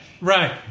right